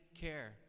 care